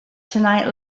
tonight